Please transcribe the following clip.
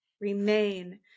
remain